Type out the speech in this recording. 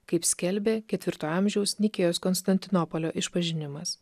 kaip skelbė ketvirto amžiaus nikėjos konstantinopolio išpažinimas